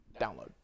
download